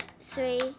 three